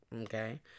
okay